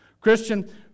Christian